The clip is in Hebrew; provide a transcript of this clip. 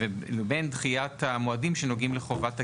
ובין דחיית המועדים שנוגעים לחובת הגישה.